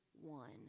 one